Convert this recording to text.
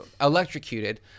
electrocuted